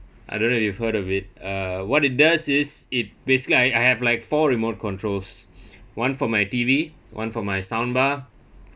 I don't know if you've heard of it ah what it does is it basically I I have like four remote controls one for my T_V one for my soundbar